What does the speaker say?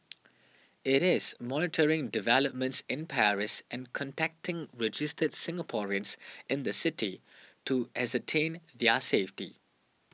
it is monitoring developments in Paris and contacting registered Singaporeans in the city to ascertain their safety